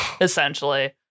essentially